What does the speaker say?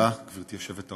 תודה, גברתי היושבת-ראש,